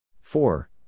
four